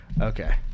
Okay